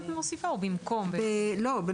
כי